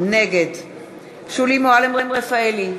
נגד שולי מועלם-רפאלי,